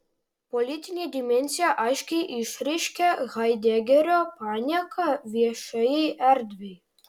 politinę dimensiją aiškiai išreiškia haidegerio panieka viešajai erdvei